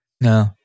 No